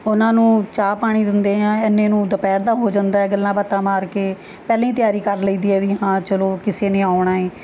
ਉਹਨਾਂ ਨੂੰ ਚਾਹ ਪਾਣੀ ਦਿੰਦੇ ਹਾਂ ਇੰਨੇ ਨੂੰ ਦੁਪਹਿਰ ਦਾ ਹੋ ਜਾਂਦਾ ਗੱਲਾਂ ਬਾਤਾਂ ਮਾਰ ਕੇ ਪਹਿਲਾਂ ਹੀ ਤਿਆਰੀ ਕਰ ਲਈ ਦੀ ਹੈ ਵੀ ਹਾਂ ਚਲੋ ਕਿਸੇ ਨੇ ਆਉਣਾ ਏ